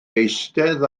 eistedd